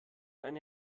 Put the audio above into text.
eine